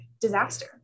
disaster